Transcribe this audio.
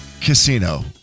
casino